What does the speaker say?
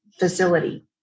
facility